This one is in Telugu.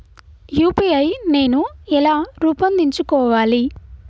యూ.పీ.ఐ నేను ఎలా రూపొందించుకోవాలి?